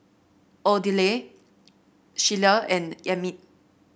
Odile Sheila and Emit